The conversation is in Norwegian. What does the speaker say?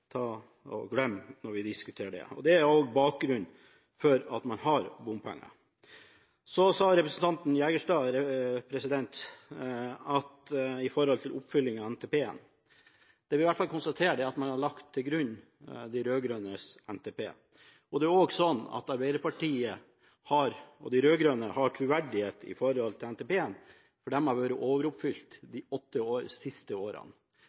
når det vi diskuterer det. Det er også grunnen til at man har bompenger. Så til representanten Jegstad om oppfylling av NTP-en: Det vi i hvert fall kan konstatere, er at man har lagt til grunn de rød-grønnes NTP. Det er også sånn at Arbeiderpartiet og de rød-grønne har troverdighet i forhold til NTP-en, for den har vært overoppfylt de siste åtte årene.